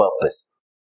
purpose